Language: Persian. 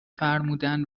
فرمودن